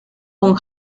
con